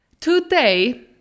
Today